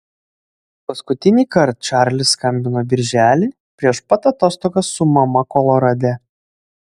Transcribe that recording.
paskutinįkart čarlis skambino birželį prieš pat atostogas su mama kolorade